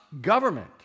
government